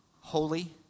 holy